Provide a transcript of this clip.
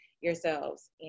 yourselves